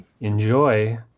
enjoy